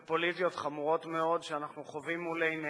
ופוליטיות חמורות מאוד שאנחנו חווים מול עינינו.